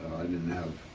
i didn't have